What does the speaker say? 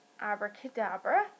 abracadabra